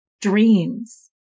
dreams